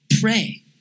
pray